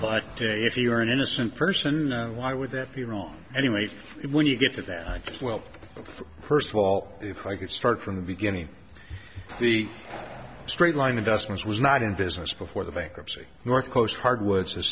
but if you're an innocent person why would that be wrong anyways when you get to that well first of all if i could start from the beginning the straight line investments was not in business before the bankruptcy northcoast hardwoods his